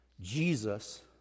Jesus